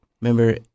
Remember